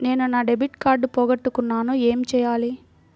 నేను నా debit card పోగొట్టుకున్నాను ఏమి చేయాలి?